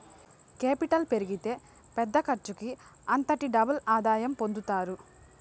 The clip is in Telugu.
కేపిటల్ పెరిగితే పెద్ద ఖర్చుకి అంతటికీ డబుల్ ఆదాయం పొందుతారు